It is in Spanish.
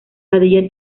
padilla